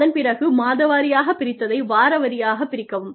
அதன் பிறகு மாத வாரியாக பிரித்ததை வார வாரியாக பிரிக்கவும்